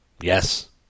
Yes